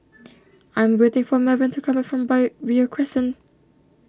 I am waiting for Melvin to come back from Beo Crescent